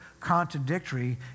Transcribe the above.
contradictory